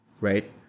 right